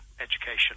education